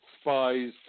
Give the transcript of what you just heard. spies